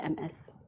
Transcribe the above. MS